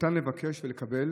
ניתן לבקש ולקבל